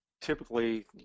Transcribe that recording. typically